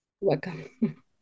Welcome